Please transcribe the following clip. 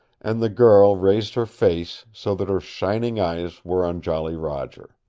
and the girl raised her face, so that her shining eyes were on jolly roger.